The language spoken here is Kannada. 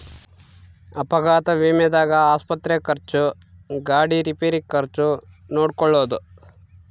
ಅಪಘಾತ ವಿಮೆದಾಗ ಆಸ್ಪತ್ರೆ ಖರ್ಚು ಗಾಡಿ ರಿಪೇರಿ ಖರ್ಚು ನೋಡ್ಕೊಳೊದು